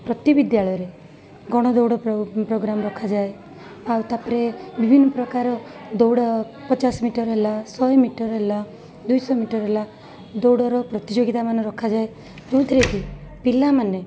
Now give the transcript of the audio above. ପ୍ରତି ବିଦ୍ୟାଳୟରେ ଗଣଦୌଡ଼ ପ୍ରୋଗ୍ରାମ୍ ରଖାଯାଏ ଆଉ ତା'ପରେ ବିଭିନ୍ନପ୍ରକାର ଦୌଡ଼ ପଚାଶ ମିଟର୍ ହେଲା ଶହେ ମିଟର୍ ହେଲା ଦୁଇଶହ ମିଟର୍ ହେଲା ଦୌଡ଼ର ପ୍ରତିଯୋଗିତାମାନ ରଖାଯାଏ ଯେଉଁଥିରେ କି ପିଲାମାନେ